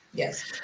Yes